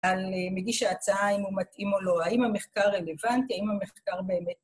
‫על מגיש ההצעה, אם הוא מתאים או לא, ‫האם המחקר רלוונטי, האם המחקר באמת...